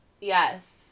Yes